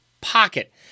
pocket